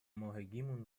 ماهگیمون